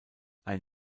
ein